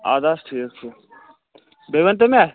اَدٕ حظ ٹھیٖک چھُ بیٚیہِ ؤنۍتو مےٚ